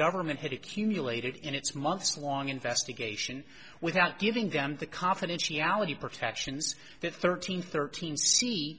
government had accumulated in its months long investigation without giving them the confidentiality protections that thirteen thirteen